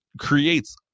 creates